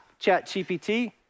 ChatGPT